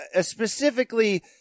specifically